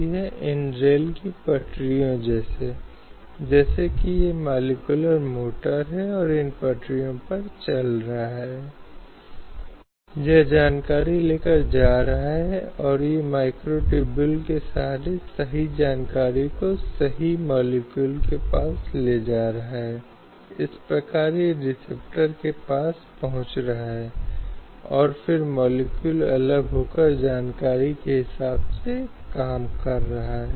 तो चाहे हम यौन उत्पीड़न यौन शोषण घरेलू हिंसा के मामले में बोलते हैं या हम वेश्यावृत्ति की बात करते हैं या ऐसी प्रथाएँ जो वर्तमान में समाज में विद्यमान हैं फिर हम देखते हैं कि ये सभी जिम्मेदारी के उल्लंघन हैं या देश के नागरिकों पर लगाए गए एक प्रकार के दायित्व हैं